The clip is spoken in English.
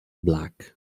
black